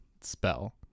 spell